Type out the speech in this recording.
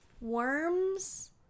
worms